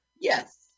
Yes